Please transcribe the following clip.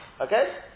Okay